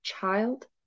child